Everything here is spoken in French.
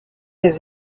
les